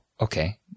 okay